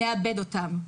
נאבד אותם.